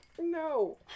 No